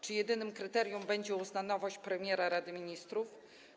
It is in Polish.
Czy jedynym kryterium będzie uznaniowość prezesa Rady Ministrów?